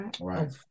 Right